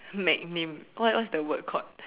magnum what what's the word called